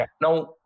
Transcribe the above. now